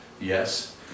yes